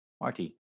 Marty